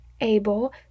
able